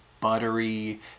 buttery